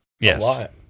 Yes